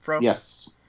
Yes